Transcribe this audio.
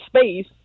space